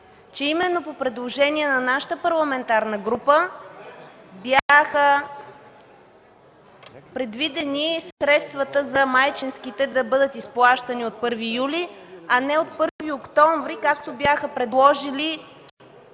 че именно по предложение на нашата парламентарна група беше предвидено средствата за майчинските да бъдат изплащани от 1 юли, а не от 1 октомври, както бяха предложили